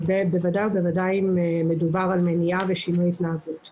ובוודאי אם מדובר על מניעה ושינוי התנהגות.